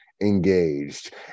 engaged